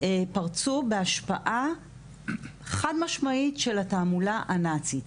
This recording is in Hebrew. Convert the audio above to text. פרצו בהשפעה חד-משמעית של התעמולה הנאצית.